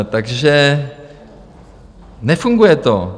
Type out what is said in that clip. Takže nefunguje to.